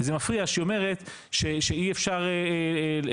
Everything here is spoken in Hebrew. וזה מפריע שהיא אומרת שאי אפשר לקדם